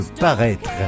paraître